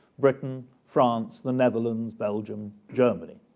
britain, france, the netherlands, belgium, germany.